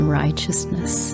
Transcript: righteousness